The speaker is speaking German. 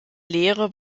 lehre